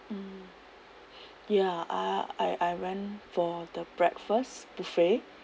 mm ya uh I I went for the breakfast buffet